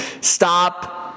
stop